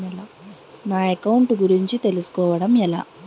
నా అకౌంట్ గురించి తెలుసు కోవడం ఎలా?